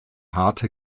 harte